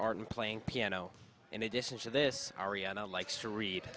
aren't playing piano in addition to this ariana likes to read